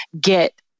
get